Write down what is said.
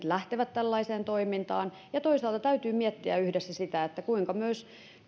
lähtevät tällaiseen toimintaan ja toisaalta täytyy miettiä yhdessä sitä kuinka myös